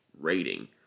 rating